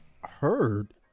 heard